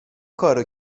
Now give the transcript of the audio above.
کارو